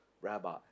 rabbi